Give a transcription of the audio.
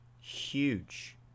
Huge